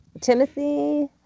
Timothy